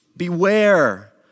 Beware